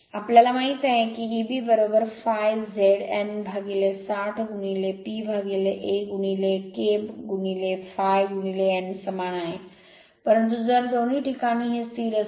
आम्हाला माहित आहे की हा Eb ∅ Z N 60 P a K ∅ n समान आहे परंतु जर दोन्ही प्रकरणांमध्ये हे स्थिर असेल